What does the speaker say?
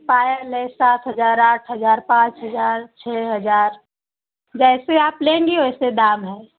पायल है सात हजार आठ हजार पाँच हजार छः हजार जैसे आप लेंगी वैसी दाम है